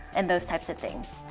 and those types of things,